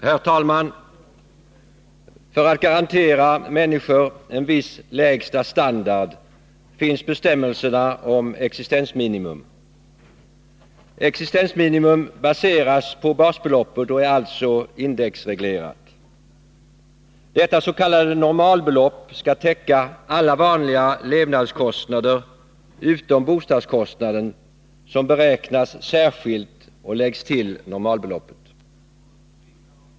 Herr talman! För att garantera människor en viss lägsta standard finns bestämmelserna om existensminimum. Existensminimum baseras på basbeloppet och är alltså indexreglerat. Detta s.k. normalbelopp skall täcka alla vanliga levnadskostnader utom bostadskostnaden, som beräknas särskilt och läggs till normalbeloppet.